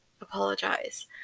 Apologize